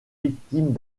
victimes